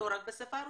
לא רק בשפה הרוסית,